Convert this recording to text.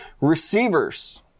receivers